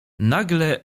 nagle